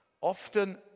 often